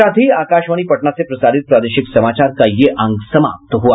इसके साथ ही आकाशवाणी पटना से प्रसारित प्रादेशिक समाचार का ये अंक समाप्त हुआ